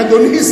אדוני,